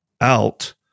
out